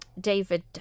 David